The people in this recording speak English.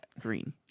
green